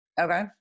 Okay